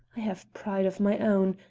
i have pride of my own,